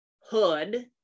hood